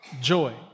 joy